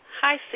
hi